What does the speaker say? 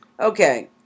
Okay